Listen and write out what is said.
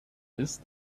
ist